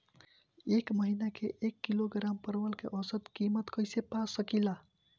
एक महिना के एक किलोग्राम परवल के औसत किमत कइसे पा सकिला?